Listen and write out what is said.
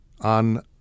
on